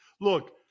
Look